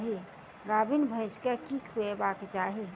गाभीन भैंस केँ की खुएबाक चाहि?